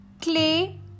clay